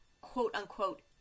quote-unquote